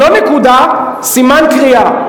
לא נקודה, סימן קריאה.